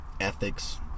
ethics